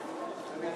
מיקי,